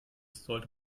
sollte